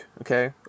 okay